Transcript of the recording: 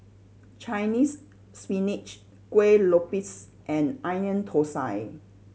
Chinese Spinach Kuih Lopes and Onion Thosai